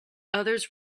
others